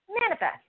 manifest